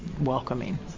welcoming